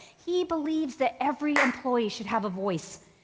he believes that every employee should have a voice,